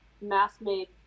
mass-made